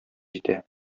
җитә